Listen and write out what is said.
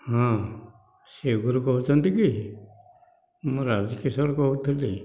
ହଁ ସ୍ଵିଗିରୁ କହୁଛନ୍ତି କି ମୁଁ ରାଜକିଶୋର କହୁଥିଲି